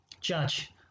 judge